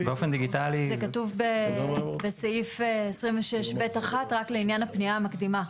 באופן דיגיטלי --- זה כתוב בסעיף 26(ב)(1) רק לעניין הפנייה המקדימה.